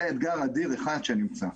זה אתגר אדיר אחד שנמצא.